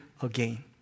again